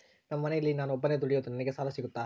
ನಮ್ಮ ಮನೆಯಲ್ಲಿ ನಾನು ಒಬ್ಬನೇ ದುಡಿಯೋದು ನನಗೆ ಸಾಲ ಸಿಗುತ್ತಾ?